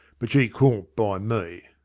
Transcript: but she cawn't buy me.